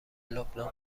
لبنان